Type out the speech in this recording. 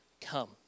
come